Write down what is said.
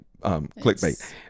clickbait